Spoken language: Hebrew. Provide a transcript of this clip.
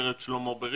עטרת שלמה בראשון.